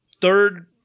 third